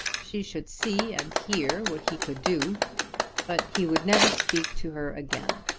she should see and hear what he could do but he would never speak to her again.